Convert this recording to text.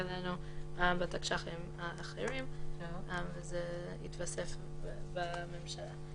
בתקש"חים האחרים וזה התווסף בממשלה.